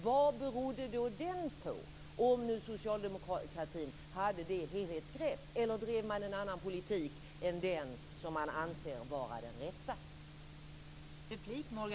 Vad berodde då den på, om nu socialdemokratin hade detta helhetsgrepp, eller drev man en annan politik än den som man anser vara den rätta?